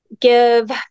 give